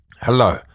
Hello